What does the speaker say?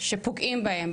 שפוגעים בהם,